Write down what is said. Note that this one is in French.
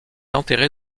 enterré